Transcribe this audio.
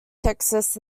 texas